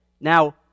Now